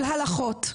של הלכות,